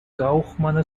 гаухмана